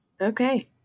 Okay